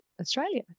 Australia